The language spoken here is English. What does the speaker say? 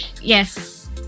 yes